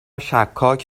شکاک